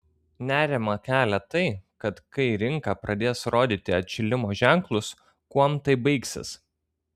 nerimą kelia tai kad kai rinka pradės rodyti atšalimo ženklus kuom tai baigsis